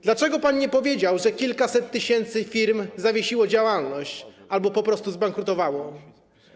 Dlaczego pan nie powiedział, że kilkaset tysięcy firm zawiesiło działalność albo po prostu zbankrutowało?